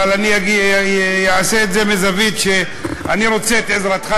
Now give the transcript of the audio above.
אבל אני אעשה את זה מזווית שבה אני רוצה את עזרתך,